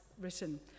written